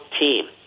team